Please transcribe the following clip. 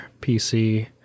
PC